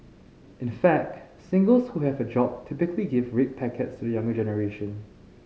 in fact singles who have a job typically give red packets to the younger generation